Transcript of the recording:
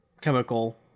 chemical